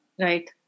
Right